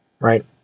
Right